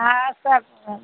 हँ सब